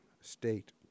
state